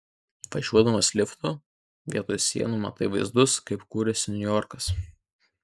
važiuodamas liftu vietoj sienų matai vaizdus kaip kūrėsi niujorkas